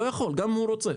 גם אם הוא רוצה.